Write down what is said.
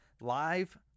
live